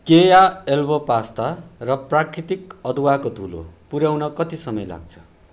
केया elbow pasta र प्राकृतिक अदुवाको धुलो पुऱ्याउन कति समय लाग्छ